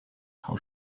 how